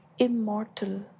Immortal